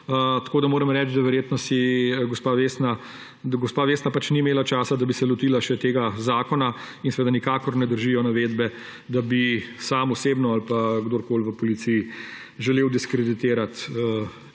pod streho. Verjetno gospa Vesna ni imela časa, da bi se lotila še tega zakona in nikakor ne držijo navedbe, da bi sam osebno ali pa kdorkoli v policiji želel diskreditirati